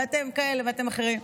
ואתם כאלה ואתם אחרים.